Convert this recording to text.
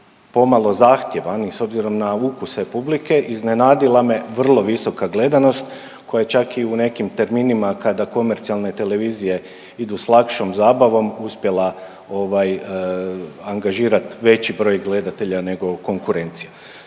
pomalo zahtjevan i s obzirom na ukuse publike, iznenadila me vrlo visoka gledanost koja je čak i u nekim terminima kada komercijalne televizije idu s lakšom zabavom uspjela ovaj, angažirat veći broj gledatelja nego konkurencija.